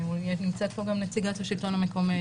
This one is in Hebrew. נמצאת פה גם נציגת השלטון המקומי,